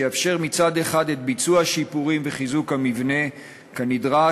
שיאפשר מצד אחד את ביצוע השיפורים וחיזוק המבנה כנדרש,